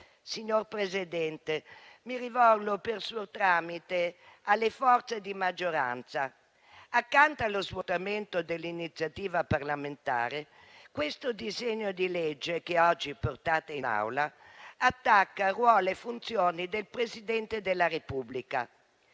Signor Presidente, mi rivolgo, per suo tramite, alle forze di maggioranza: accanto allo svuotamento dell'iniziativa parlamentare, il disegno di legge che oggi portate in Aula attacca ruolo e funzioni del Presidente della Repubblica.